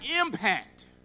impact